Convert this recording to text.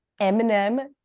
eminem